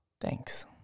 Thanks